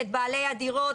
את בעלי הדירות,